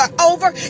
over